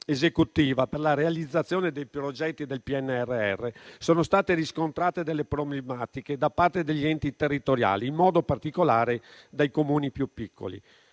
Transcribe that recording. esecutiva per la realizzazione dei progetti del PNRR sono state riscontrate delle problematiche da parte degli enti territoriali, in modo particolare dai Comuni più piccoli.